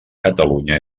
catalunya